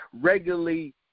regularly